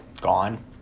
gone